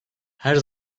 her